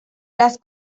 las